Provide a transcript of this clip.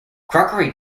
crockery